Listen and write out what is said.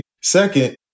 Second